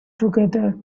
together